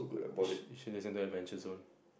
you sh~ should listen to adventure zone